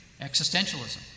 existentialism